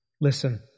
Listen